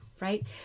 right